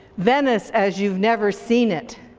venice as you've never seen it.